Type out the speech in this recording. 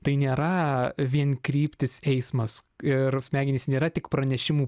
tai nėra vien kryptys eismas ir smegenys nėra tik pranešimų